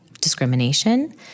discrimination